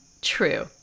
True